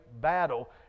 battle